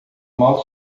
mal